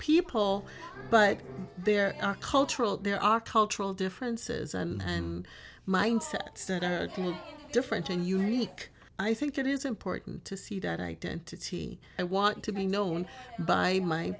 people but there are cultural there are cultural differences and mindsets different and unique i think it is important to see that identity i want to be known by my